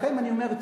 לכם אני אומר,